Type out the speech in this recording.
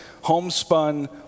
homespun